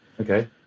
Okay